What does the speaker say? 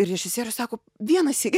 ir režisierius sako vieną sykį